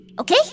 Okay